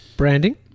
Branding